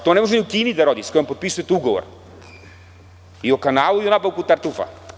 To ne može ni u Kini da rodi sa kojom potpisujete ugovor i o kanalu i o nabavci tartufa.